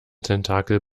tentakel